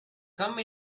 come